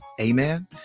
Amen